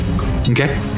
okay